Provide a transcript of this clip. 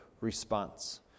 response